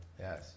yes